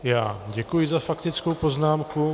Já děkuji za faktickou poznámku.